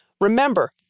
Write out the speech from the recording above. Remember